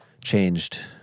changed